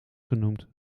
genoemd